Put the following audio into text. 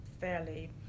fairly